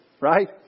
right